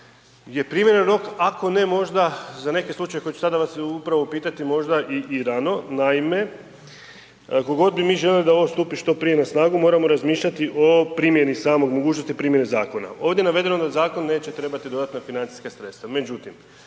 je primjeren rok, ako ne možda za neke slučajeve koje sada ću vas upravo pitati možda i rano. Naime, koliko god bi mi željeli da ovo stupi što prije na snagu, moramo razmišljati o primjedbi, samog, mogućnosti primjene zakona. Ovdje je navedeno da zakon neće trebati dodatne financijska sredstva, međutim,